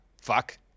fuck